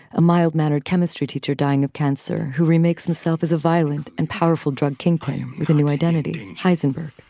a mild mannered chemistry teacher dying of cancer who remakes himself as a violent and powerful drug kingpin um with a new identity, heisenberg